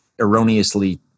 erroneously